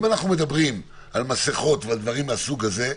אם אנחנו מדברים על מסכות ועל דברים מהסוג הזה,